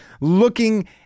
looking